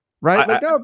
Right